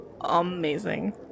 Amazing